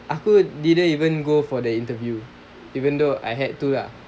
aku didn't even go for the interview even though I had to lah